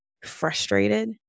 frustrated